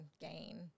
gain